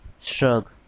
Shrug